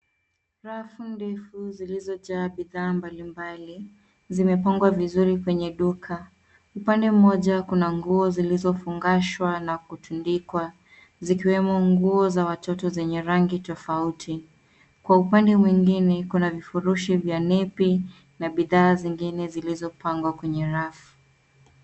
Rafu ndefu zilizojaa bidhaa mbalimbali, zimepangwa vizuri kwenye duka. Upande mmoja kuna nguo zilizofungashwa na kutundikwa, zikiwemo nguo za watoto zenye rangi tofauti. Kwa upande mwingine kuna vifurushi vya nepi na bidhaa zingine zilizopangwa kwenye rafu.